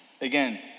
Again